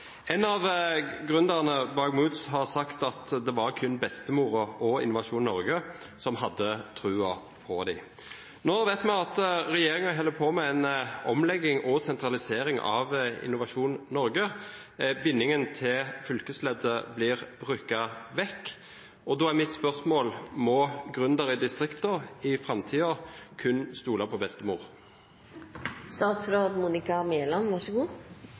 En av gründerne bak Moods of Norway har sagt at det var kun bestemora og Innovasjon Norge som hadde trua på dem. Nå vet vi at regjeringen holder på med en omlegging og sentralisering av Innovasjon Norge, bindingen til fylkesleddet blir rykket vekk, og da er mitt spørsmål: Må gründere i distriktene i framtida kun stole på